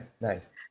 Nice